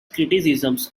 criticisms